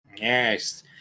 Yes